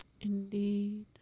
Indeed